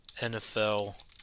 NFL